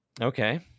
Okay